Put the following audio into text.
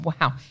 wow